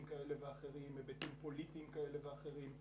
כאלה ואחרים והיבטים פוליטיים כאלה ואחרים.